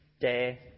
day